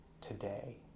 today